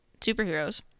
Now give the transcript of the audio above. superheroes